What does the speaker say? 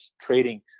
trading